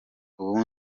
ubu